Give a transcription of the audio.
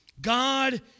God